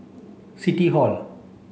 City Hall